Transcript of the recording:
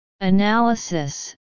Analysis